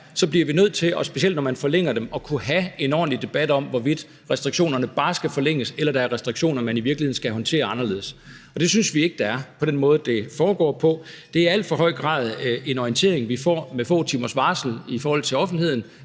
er, bliver vi nødt til, specielt når man forlænger dem, at kunne have en ordentlig debat om, hvorvidt restriktionerne bare skal forlænges – og det synes vi ikke der er med den måde, det foregår på – eller om der er restriktioner, som man i virkeligheden skal håndtere anderledes. Det er i alt for høj grad en orientering, vi får med få timers varsel i forhold til offentligheden,